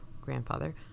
grandfather